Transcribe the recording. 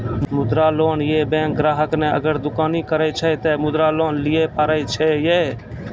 मुद्रा लोन ये बैंक ग्राहक ने अगर दुकानी करे छै ते मुद्रा लोन लिए पारे छेयै?